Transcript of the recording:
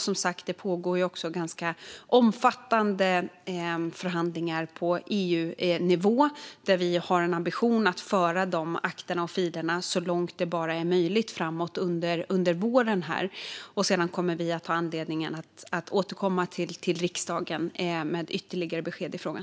Som sagt pågår det också ganska omfattande förhandlingar på EU-nivå där vi har en ambition att föra de akterna så långt framåt som det bara är möjligt under våren. Sedan kommer vi att ha anledning att återkomma till riksdagen med ytterligare besked i frågan.